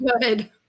good